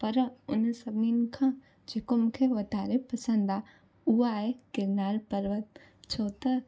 पर हुन सभिनीनि खां जेको मूंखे वाधारे पसंदि आहे उहा आहे गिरनार परवत छो त